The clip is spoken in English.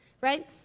right